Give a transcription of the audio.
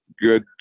good